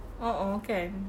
a'ah kan